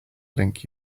link